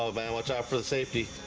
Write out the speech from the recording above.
ah man watch out for the safety,